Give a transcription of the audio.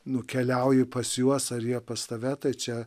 nukeliauji pas juos ar jie pas tave tai čia